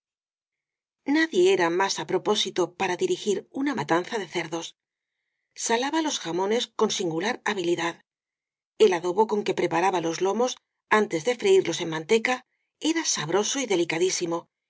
nadie era más á propósito para dirigir una ma tanza de cerdos salaba los jamones con singular habilidad el adobo con que preparaba los lomos antes de freirlos en manteca era sabroso y